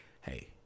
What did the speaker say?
Hey